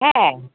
হ্যাঁ